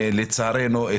לצערנו,